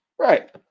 Right